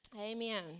Amen